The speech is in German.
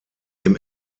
dem